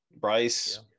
Bryce